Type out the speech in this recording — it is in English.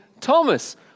Thomas